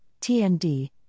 TND